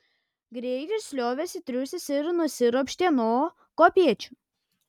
grėjus liovėsi triūsęs ir nusiropštė nuo kopėčių